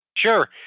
Sure